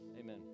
amen